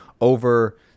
over